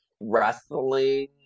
wrestling